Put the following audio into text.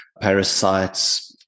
parasites